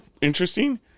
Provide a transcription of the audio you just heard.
interesting